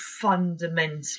fundamentally